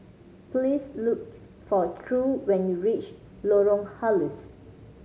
please look for True when you reach Lorong Halus